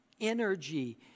energy